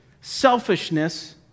selfishness